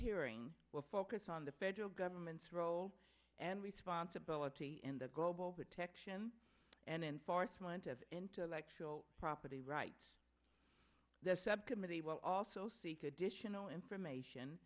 hearing will focus on the federal government's role and responsibility in the global action and enforcement of intellectual property rights the subcommittee will also seek additional information